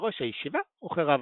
כראש הישיבה וכרב השכונה.